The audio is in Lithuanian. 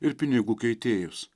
ir pinigų keitėjus